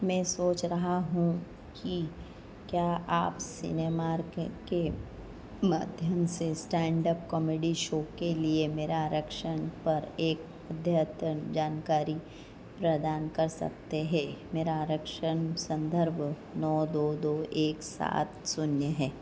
मैं सोच रहा हूँ कि क्या आप सिनेमार्क के माध्यम से स्टैण्डअप कॉमेडी शो के लिए मेरा आरक्षण पर एक अद्यतन जानकारी प्रदान कर सकते है मेरा आरक्षण सन्दर्भ नौ दो दो एक सात शून्य है